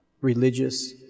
religious